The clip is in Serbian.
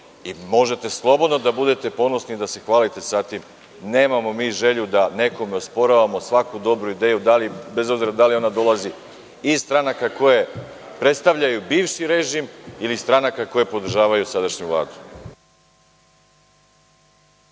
Možete slobodno da budete ponosni i da se hvalite sa tim. Nemamo mi želju da nekome osporavamo svaku dobru ideju, bez obzira da li ona dolazi iz stranaka koje predstavljaju bivši režim ili iz stranaka koje podržavaju sadašnju